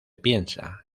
piensa